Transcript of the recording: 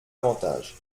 avantage